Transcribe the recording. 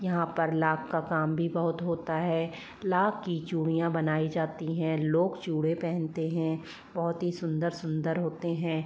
यहाँ पर लाख का काम भी बहुत होता है लाख की चूड़ियाँ बनाई जाती हैं लोग चूड़े पहनते हैं बहुत ही सुंदर सुंदर होते हैं